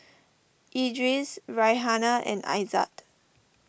Idris Raihana and Aizat